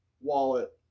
wallet